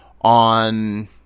on